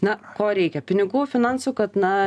na ko reikia pinigų finansų kad na